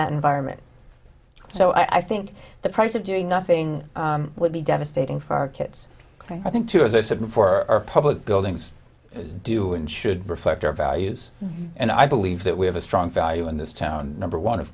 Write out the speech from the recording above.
that environment so i think the price of doing nothing would be devastating for our kids i think too as i said before our public buildings do and should reflect our values and i believe that we have a strong value in this town number one